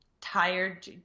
tired